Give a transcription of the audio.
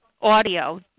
audio